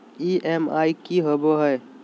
EMI की होवे है?